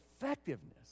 effectiveness